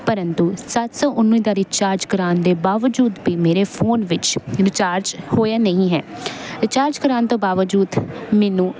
ਪ੍ਰੰਤੂ ਸੱਤ ਸੌ ਉੱਨੀ ਦਾ ਰੀਚਾਰਜ ਕਰਵਾਉਣ ਦੇ ਬਾਵਜੂਦ ਵੀ ਮੇਰੇ ਫੋਨ ਵਿੱਚ ਰੀਚਾਰਜ ਹੋਇਆ ਨਹੀਂ ਹੈ ਰੀਚਾਰਜ ਕਰਵਾਉਣ ਤੋਂ ਬਾਵਜੂਦ ਮੈਨੂੰ